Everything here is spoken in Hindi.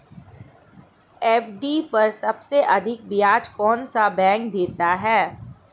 एफ.डी पर सबसे अधिक ब्याज कौन सा बैंक देता है?